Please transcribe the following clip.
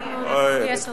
אנחנו,